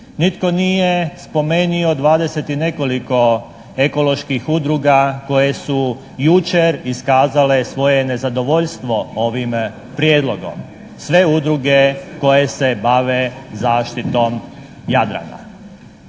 nitko nije spomenio 20 i nekoliko ekoloških udruga koje su jučer iskazale svoje nezadovoljstvo ovim Prijedlogom. Sve udruge koje se bave zaštitom Jadrana.